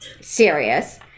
serious